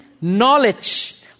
knowledge